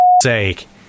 sake